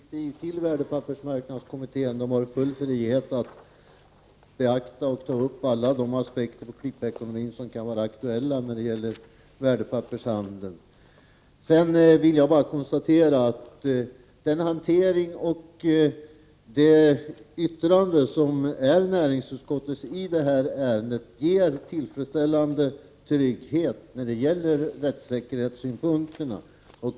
Herr talman! Det behövs inga tilläggsdirektiv till värdepappersmarknadskommittén. Den har full frihet att ta upp och beakta alla aspekter på klippekonomin som kan vara aktuella vad gäller värdepappershandeln. Vidare vill jag bara konstatera att näringsutskottets skrivning i det här ärendet ger tillfredsställande trygghet i rättssäkerhetsfrågorna.